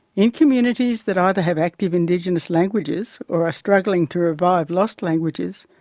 in communities that either have active indigenous languages or are struggling to revive lost languages,